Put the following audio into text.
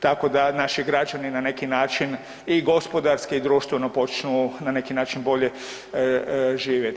Tako da naši građani na neki način i gospodarski i društveno počnu na neki način bolje živjeti.